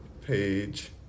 page